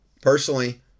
personally